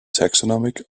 taxonomic